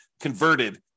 converted